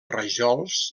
rajols